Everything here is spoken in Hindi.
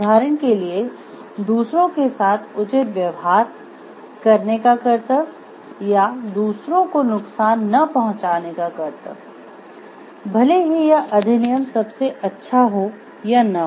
उदाहरण के लिए दूसरों के साथ उचित व्यवहार करने का कर्तव्य या दूसरों को नुकसान ना पहुंचाने का कर्तव्य भले ही यह अधिनियम सबसे अच्छा हो या न हो